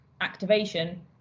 activation